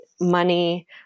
Money